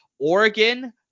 Oregon